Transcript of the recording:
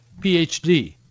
PhD